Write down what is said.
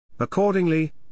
Accordingly